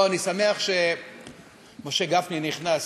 אוה, אני שמח שמשה גפני נכנס,